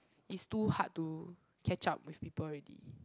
is too hard to catch up with people already